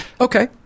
Okay